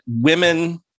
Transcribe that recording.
women